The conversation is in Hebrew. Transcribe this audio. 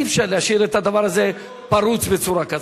אי-אפשר להשאיר את הדבר הזה פרוץ בצורה כזאת.